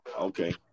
Okay